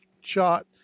shot